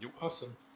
Awesome